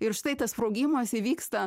ir štai tas sprogimas įvyksta